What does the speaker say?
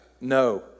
No